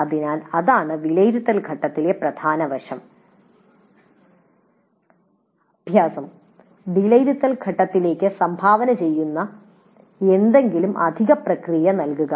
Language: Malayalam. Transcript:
അതിനാൽ അതാണ് വിലയിരുത്തൽ ഘട്ടത്തിലെ പ്രധാന വശം അഭ്യാസം വിലയിരുത്തൽ ഘട്ടത്തിലേക്ക് സംഭാവന ചെയ്യുന്ന ഏതെങ്കിലും അധിക പ്രക്രിയകൾ നൽകുക